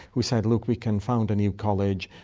who said look, we can found a new college,